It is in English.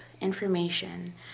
information